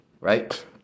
Right